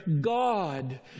God